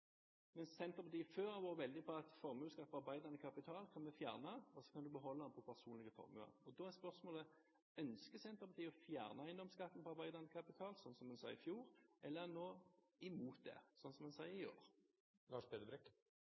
mens Senterpartiet før har vært veldig for at en kan fjerne formuesskatt på arbeidende kapital, og så kan en beholde den på personlige formuer. Da er spørsmålet: Ønsker Senterpartiet å fjerne eiendomsskatten på arbeidende kapital, sånn som man sa i fjor? Eller er en nå imot det, sånn som en sier i